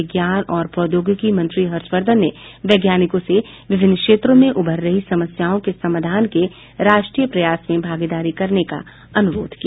विज्ञान और प्रौद्योगिकी मंत्री हर्षवर्धन ने वैज्ञानिकों से विभिन्न क्षेत्रों में उभर रही समस्याओं के समाधान के राष्ट्रीय प्रयास में भागीदारी करने का अनुरोध किया